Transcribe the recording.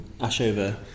Ashover